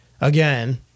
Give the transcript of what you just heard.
again